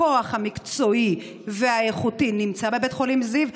כוח האדם המקצועי והאיכותי נמצא בבית חולים זיו,